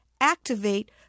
activate